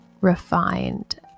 refined